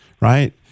right